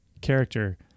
character